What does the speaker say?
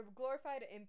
glorified